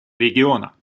региона